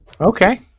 Okay